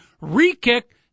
Re-kick